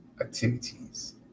activities